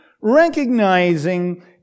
recognizing